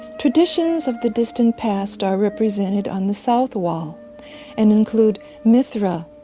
traditions of the distant past are represented on the south wall and include mithra,